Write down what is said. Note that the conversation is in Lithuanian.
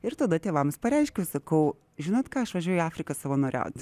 ir tada tėvams pareiškiau sakau žinot ką aš važiuoju į afriką savanoriauti